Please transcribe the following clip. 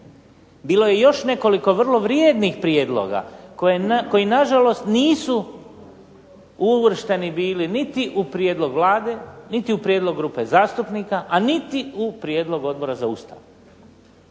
Bilo je još nekoliko vrlo vrijednih prijedloga koji na žalost nisu uvršteni bili niti u prijedlog Vlade niti u prijedlog grupe zastupnika, a niti u prijedlog Odbora za Ustav.